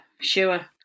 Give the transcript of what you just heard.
sure